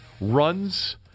runs